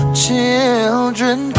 children